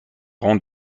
rang